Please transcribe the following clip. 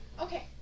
Okay